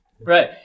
Right